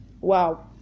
Wow